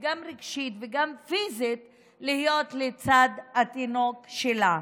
גם רגשית וגם פיזית, להיות לצד התינוק שלה,